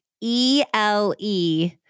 E-L-E